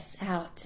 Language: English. out